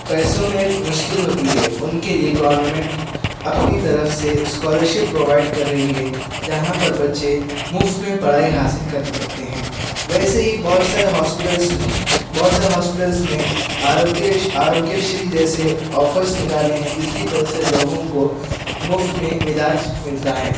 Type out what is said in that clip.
پیسوں میں مشکل ہوتی ہے ان کے لئے گورنمینٹ اپنی طرف سے اسکالرشپ پرووائڈ کر رہی ہے جہاں پر بچے مفت میں پڑھائی حاصل کر سکتے ہیں ویسے ہی بہت سے ہاسپٹلس میں بہت سے ہاسپٹلس میں آروگریش آروگیہ شری جیسے آفرس نکالے ہیں جس کی طرف سے لوگوں کو مفت میں علاج ملتا ہے